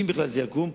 אם בכלל זה יקום,